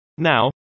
Now